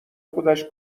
خودش